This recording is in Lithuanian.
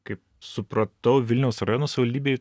kaip supratau vilniaus rajono savivaldybei